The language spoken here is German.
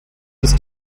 ist